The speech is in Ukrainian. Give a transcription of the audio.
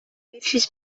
більшість